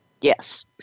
Yes